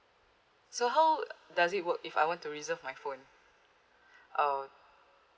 so how does it work if I want to reserve my phone uh